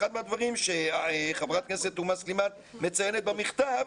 אחד הדברים שחברת הכנסת תומא סלימאן מציינת במכתב,